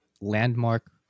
landmark